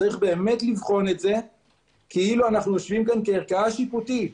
יש לבחון את זה כאילו אנחנו יושבים פה כערכאה שיפוטית,